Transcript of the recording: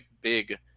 big